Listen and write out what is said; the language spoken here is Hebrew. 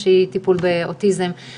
הם